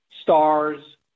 stars